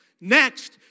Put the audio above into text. Next